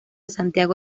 santiago